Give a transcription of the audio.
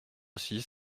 six